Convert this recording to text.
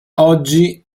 oggi